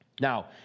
Now